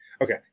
Okay